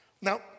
Now